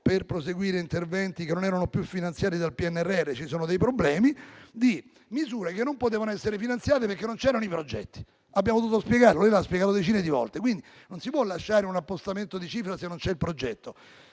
per proseguire interventi che non erano più finanziati dal PNRR. Ci sono problemi di misure che non potevano essere finanziate perché non c'erano i progetti. È stato spiegato decine di volte. Non si può lasciare un appostamento di cifra, se non c'è il progetto.